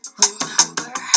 remember